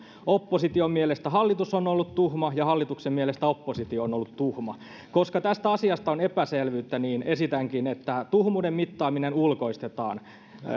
opposition mielestä hallitus on ollut tuhma ja hallituksen mielestä oppositio on ollut tuhma koska tästä asiasta on epäselvyyttä esitänkin että tuhmuuden mittaaminen ulkoistetaan